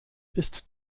ist